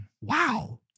wow